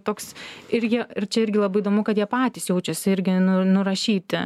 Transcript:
toks ir jie ir čia irgi labai įdomu kad jie patys jaučiasi irgi nurašyti